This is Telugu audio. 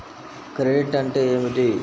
క్రెడిట్ అంటే ఏమిటి?